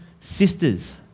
sisters